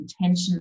intention